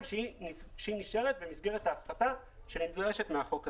שהיא נשארת במסגרת ההפחתה שנדרשת מהחוק הזה.